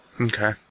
Okay